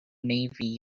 navy